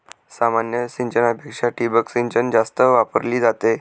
सामान्य सिंचनापेक्षा ठिबक सिंचन जास्त वापरली जाते